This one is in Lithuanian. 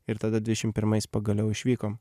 ir tada dvišim pirmais pagaliau išvykom